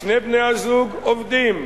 שני בני-הזוג עובדים,